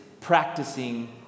practicing